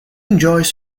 enjoys